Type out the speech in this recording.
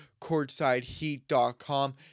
CourtsideHeat.com